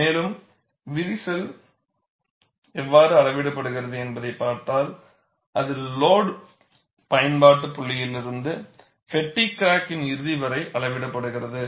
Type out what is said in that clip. மேலும் விரிசல் எவ்வாறு அளவிடப்படுகிறது என்பதைப் பார்த்தால் அது லோடு பயன்பாட்டு புள்ளியிலிருந்து ஃப்பெட்டிக் கிராக்கின் இறுதி வரை அளவிடப்படுகிறது